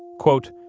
quote,